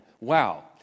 Wow